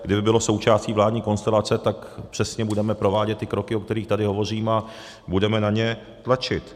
SPD, kdyby bylo součástí vládní konstelace, tak přesně budeme provádět ty kroky, o kterých tady hovořím, a budeme na ně tlačit.